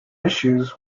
issues